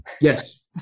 yes